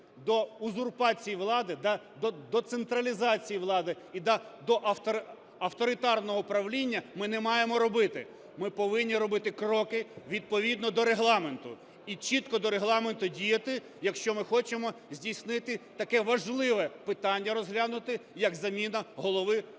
до узурпації влади, до централізації влади і до авторитарного правління, ми не маємо робити. Ми повинні робити кроки відповідно до Регламенту і чітко до Регламенту діяти, якщо ми хочемо здійснити, таке важливе питання розглянути, як заміна Голови Верховної